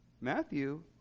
Matthew